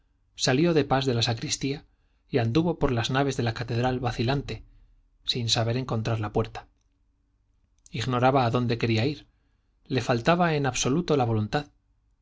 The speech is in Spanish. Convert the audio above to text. salió de pas de la sacristía y anduvo por las naves de la catedral vacilante sin saber encontrar la puerta ignoraba a dónde quería ir le faltaba en absoluto la voluntad